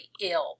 ill